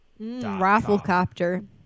Rafflecopter